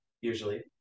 usually